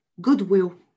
Goodwill